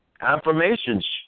affirmations